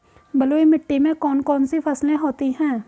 बलुई मिट्टी में कौन कौन सी फसलें होती हैं?